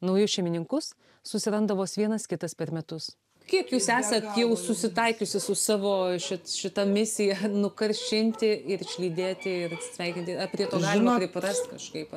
naujus šeimininkus susiranda vos vienas kitas per metus kiek jūs esat jau susitaikiusi su savo ši šita misija nukaršinti ir išlydėti ir atsisveikinti ar prie to galima priprast kažkaip